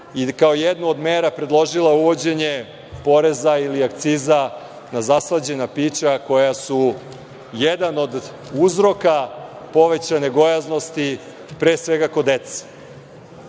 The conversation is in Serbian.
i kao jednu od mera predložila uvođenje poreza ili akciza na zaslađena pića koja su jedan od uzroka povećane gojaznosti pre svega kod dece. Bilo